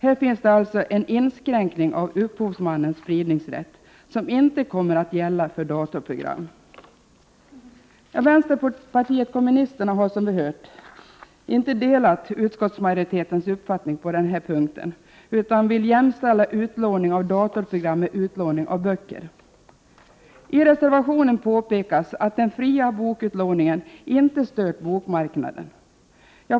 Här finns alltså en inskränkning av upphovsmannens spridningsrätt som inte kommer att gälla för datorprogram. Vänsterpartiet kommunisterna delar, som vi har hört, inte utskottsmajoritetens uppfattning på denna punkt utan vill jämställa utlåning av datorprogram med utlåning av böcker. I reservationen påpekas att den fria bokutlåningen inte stört bokmarknaden.